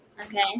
okay